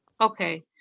Okay